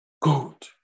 good